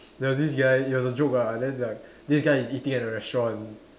there was this guy he has a joke ah and then like this guy is eating at a restaurant